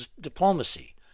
Diplomacy